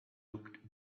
looked